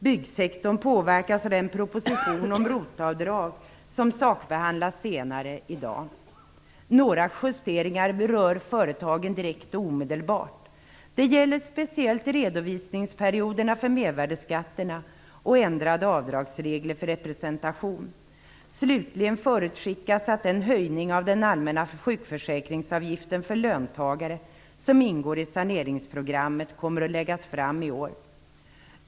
Byggsektorn påverkas av den proposition om ROT-avdrag som sakbehandlas senare i dag. Några justeringar berör företagen direkt och omedelbart. Det gäller speciellt redovisningsperioderna för mervärdesskatt och ändrade avdragsregler för representation. Slutligen förutskickas att förslag om den höjning av den allmänna sjukförsäkringsavgiften för löntagare som ingår i saneringsprogrammet kommer att läggas fram i år.